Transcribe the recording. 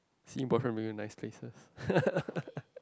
see boyfriend bring you nice places